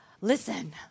listen